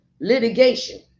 litigation